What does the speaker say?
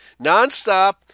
nonstop